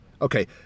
Okay